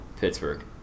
Pittsburgh